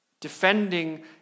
defending